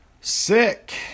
Sick